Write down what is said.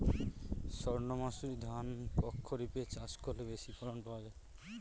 সর্ণমাসুরি ধান প্রক্ষরিপে চাষ করলে বেশি ফলন পাওয়া যায়?